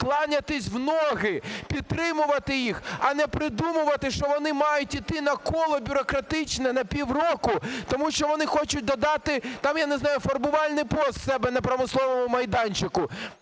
кланятись в ноги, підтримувати їх, а не придумувати, що вони мають йти на коло бюрократичне на пів року, тому що вони хочуть додати, там, я не знаю, фарбувальний пост у себе на промисловому майданчику.